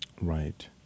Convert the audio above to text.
Right